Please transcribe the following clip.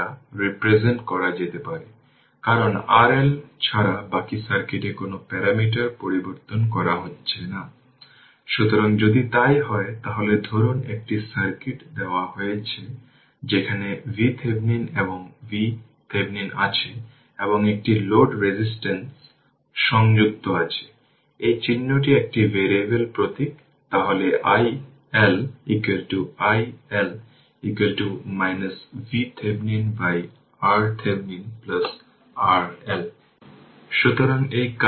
সুতরাং এখানে এটি ওপেন সার্কিট Voc হল ওপেন সার্কিট এবং এটি ওপেন সার্কিট হওয়ার সাথে সাথে একটি জিনিস আছে এবং শুধু এটিকে ix যেমন আছে তেমনই রাখুন আগের ix এর সাথে এটি পরিবর্তন হবে সুতরাং এটি Voc VThevenin এর জন্য পেতে পারেন এটি হল ডিপেন্ডেন্ট কারেন্ট সোর্স এবং এটি হল 10 Ω এবং এটি 4 Ω